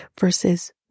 versus